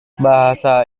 bahasa